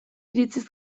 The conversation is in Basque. iritziz